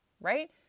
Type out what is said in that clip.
right